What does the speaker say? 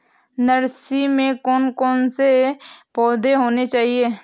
Nursery में कौन कौन से पौधे होने चाहिए?